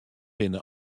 binne